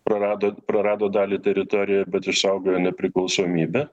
prarado prarado dalį teritorijų bet išsaugojo nepriklausomybę